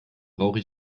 brauche